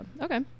Okay